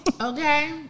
Okay